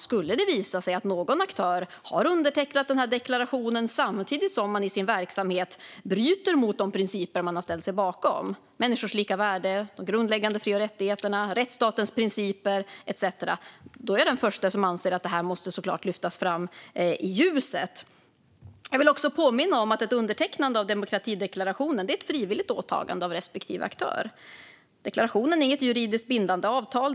Skulle det visa sig att någon aktör har undertecknat deklarationen samtidigt som den i sin verksamhet bryter mot de principer som den har ställt sig bakom - människors lika värde, de grundläggande fri och rättigheterna, rättsstatens principer etcetera - är jag den första som anser att det såklart måste lyftas fram i ljuset. Jag vill också påminna om att ett undertecknande av demokratideklarationen är ett frivilligt åtagande av respektive aktör. Deklarationen är ett juridiskt bindande avtal.